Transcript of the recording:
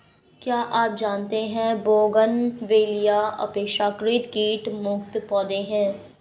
क्या आप जानते है बोगनवेलिया अपेक्षाकृत कीट मुक्त पौधे हैं?